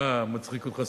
מה מצחיק אותך,